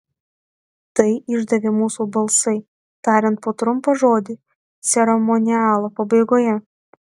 tai išdavė mūsų balsai tariant po trumpą žodį ceremonialo pabaigoje